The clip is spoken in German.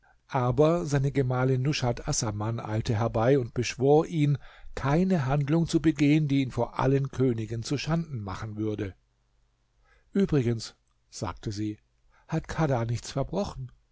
aber seine gemahlin nushat assaman eilte herbei und beschwor ihn keine handlung zu begehen die ihn vor allen königen zuschanden machen würde übrigens sagte sie hat kadha nichts verbrochen